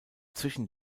zwischen